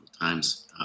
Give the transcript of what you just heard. times